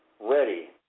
ready